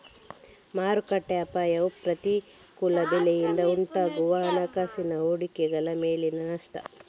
ಮಾರುಕಟ್ಟೆ ಅಪಾಯವು ಪ್ರತಿಕೂಲ ಬೆಲೆಯಿಂದ ಉಂಟಾಗುವ ಹಣಕಾಸಿನ ಹೂಡಿಕೆಗಳ ಮೇಲಿನ ನಷ್ಟ